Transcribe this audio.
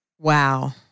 Wow